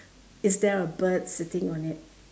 is there a bird sitting on it